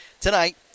tonight